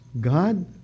God